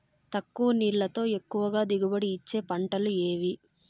తక్కువ నీళ్లతో ఎక్కువగా దిగుబడి ఇచ్చే పంటలు ఏవి?